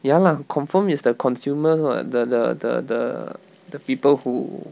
ya lah confirm is the consumers [what] the the the the the people who